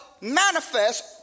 manifest